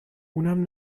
اونم